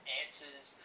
answers